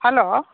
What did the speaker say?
hello